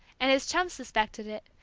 and his chum suspected it,